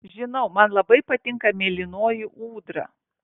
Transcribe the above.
žinau man labai patinka mėlynoji ūdra